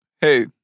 hey